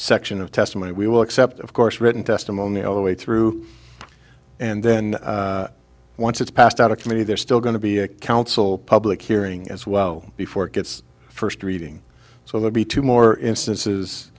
section of testimony we will except of course written testimony all the way through and then once it's passed out of committee they're still going to be a council public hearing as well before it gets first reading so they'll be two more instances